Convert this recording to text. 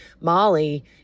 Molly